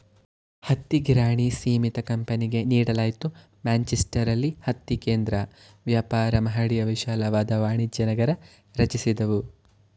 ಹತ್ತಿಗಿರಣಿ ಸೀಮಿತ ಕಂಪನಿಗೆ ನೀಡಲಾಯ್ತು ಮ್ಯಾಂಚೆಸ್ಟರಲ್ಲಿ ಹತ್ತಿ ಕೇಂದ್ರ ವ್ಯಾಪಾರ ಮಹಡಿಯು ವಿಶಾಲವಾದ ವಾಣಿಜ್ಯನಗರ ರಚಿಸಿದವು